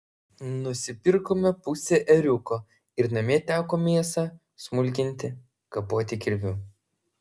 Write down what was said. nusipirkome pusę ėriuko ir namie teko mėsą smulkinti kapoti kirviu